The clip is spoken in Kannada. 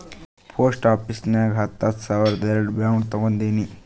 ಪೋಸ್ಟ್ ಆಫೀಸ್ ನಾಗ್ ಹತ್ತ ಹತ್ತ ಸಾವಿರ್ದು ಎರಡು ಬಾಂಡ್ ತೊಗೊಂಡೀನಿ